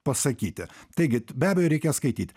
pasakyti taigi be abejo reikia skaityt